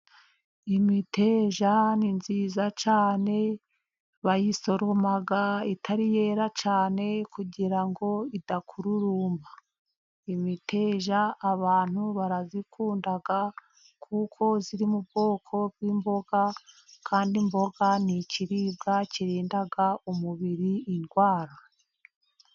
Imiteja ni nziza cyane bayisoroma itari yera cyane kugira idakururumba, imiteja abantu barayikunda kuko iri mu bwoko bw'imboga kandi imboga ni ikiribwa kirinda umubiri indwara.